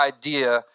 idea